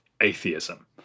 atheism